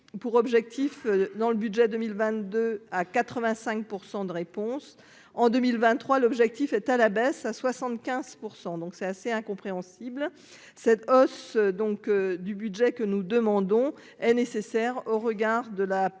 pour objectif dans le budget 2022 à 85 % de réponse en 2023, l'objectif est à la baisse à 75 %, donc c'est assez incompréhensible cette hausse donc du budget que nous demandons est nécessaire au regard de la